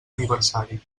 aniversari